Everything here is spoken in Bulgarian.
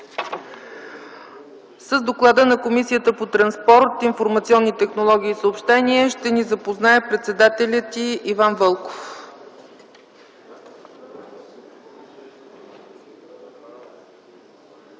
С доклада на Комисията по транспорт, информационни технологии и съобщения ще ни запозная председателят й господин Иван Вълков.